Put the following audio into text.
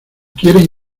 quieren